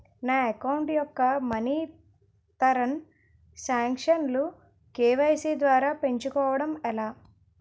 నా అకౌంట్ యెక్క మనీ తరణ్ సాంక్షన్ లు కే.వై.సీ ద్వారా పెంచుకోవడం ఎలా?